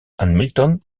hamilton